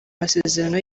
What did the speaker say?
masezerano